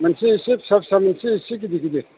मोनसे इसे फिसा फिसा मोनसे इसे गिदिर गिदिर